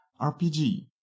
RPG